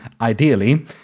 ideally